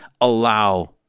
allow